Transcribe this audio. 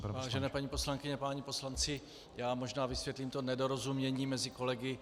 Vážené paní poslankyně, páni poslanci, já možná vysvětlím to nedorozumění mezi kolegy.